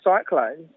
cyclones